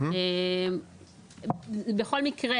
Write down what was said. בכל מקרה,